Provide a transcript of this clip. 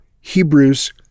Hebrews